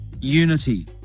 unity